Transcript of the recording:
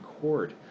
court